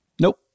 nope